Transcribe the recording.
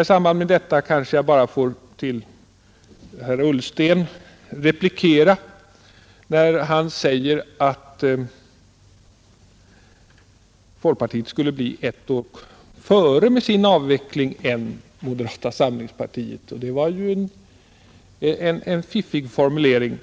I samband med detta kanske jag får replikera herr Ullsten, som säger att folkpartiet skulle bli ett år före moderata samlingspartiet med sin avveckling av hyresregleringslagen — det var ju en fiffig formulering!